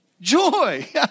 Joy